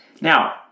Now